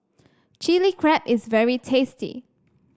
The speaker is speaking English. Chili Crab is very tasty